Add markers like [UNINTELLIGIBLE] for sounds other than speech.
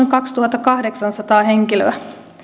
[UNINTELLIGIBLE] kaksituhattakahdeksansataa henkilöä